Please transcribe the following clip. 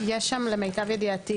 יש שם למיטב ידיעתי